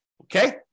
okay